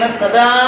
Sada